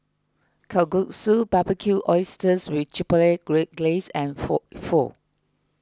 Kalguksu Barbecued Oysters with Chipotle great Glaze and Pho Pho